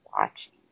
watching